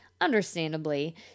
understandably